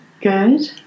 Good